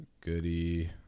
Goody